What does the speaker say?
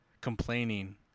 complaining